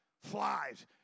flies